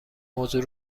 موضوع